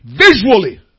visually